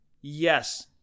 Yes